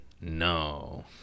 No